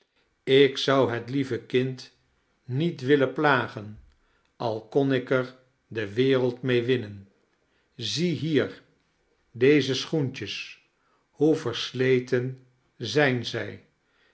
ik zou het lieve kind niet willen plagen al kon ik er de wereld mee winnen zie hier deze schoentjes hoe versleten zijn zij